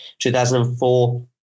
2004